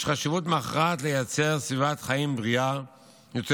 יש חשיבות מכרעת לייצר סביבת חיים בריאה יותר